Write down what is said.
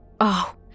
Oh